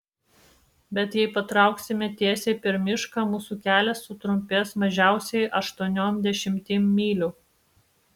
bet jei patrauksime tiesiai per mišką mūsų kelias sutrumpės mažiausiai aštuoniom dešimtim mylių